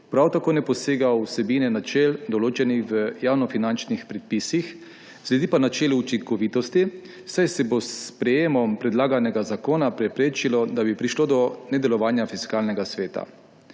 prav tako ne posega v vsebine načel, določenih v javnofinančnih predpisih, sledi pa načinu učinkovitosti, saj se bo s sprejetjem predlaganega zakona preprečilo, da bi prišlo do nedelovanja Fiskalnega sveta.